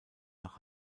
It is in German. nach